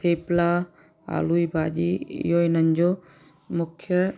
थेपला आलू जी भाॼी इहो इन्हनि जो मुख्यु